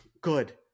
good